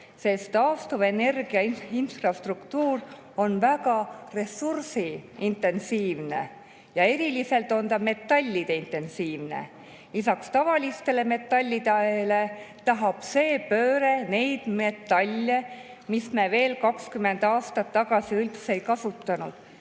sest taastuv[energeetika] infrastruktuur on väga ressursiintensiivne ja eriliselt on ta metalliintensiivne ning lisaks tavalistele metallidele tahab see pööre neid metalle, mida me veel 20 aastat tagasi üldse ei kasutanud.